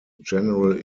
general